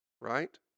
right